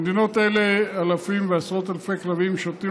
במדינות אלו אלפים ועשרות אלפי כלבים משוטטים